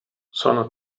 sono